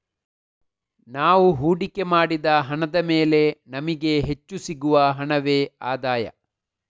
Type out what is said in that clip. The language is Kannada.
ನಾವು ಹೂಡಿಕೆ ಮಾಡಿದ ಹಣದ ಮೇಲೆ ನಮಿಗೆ ಹೆಚ್ಚು ಸಿಗುವ ಹಣವೇ ಆದಾಯ